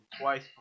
twice